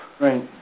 Right